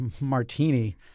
martini